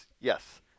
Yes